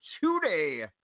two-day